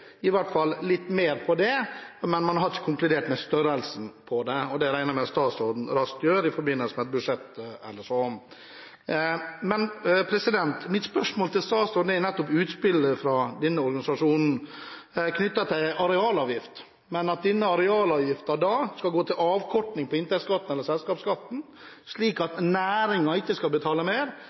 men man har ikke konkludert med størrelsen på det. Det regner jeg med at statsråden raskt gjør, i forbindelse med budsjettet f.eks. Mitt spørsmål til statsråden gjelder utspillet fra denne organisasjonen om at arealavgiften skal gå til avkorting i inntektsskatten, eller selskapsskatten, slik at næringen ikke skal betale mer,